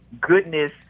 goodness